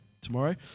tomorrow